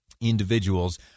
individuals